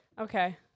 Okay